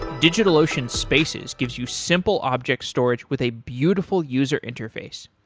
digitalocean spaces gives you simple object storage with a beautiful user interface.